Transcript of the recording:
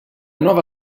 nuova